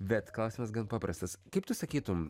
bet klausimas gan paprastas kaip tu sakytum